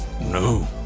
No